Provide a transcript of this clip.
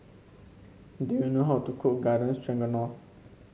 do you know how to cook Garden Stroganoff